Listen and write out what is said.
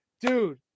Dude